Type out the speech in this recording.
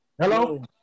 Hello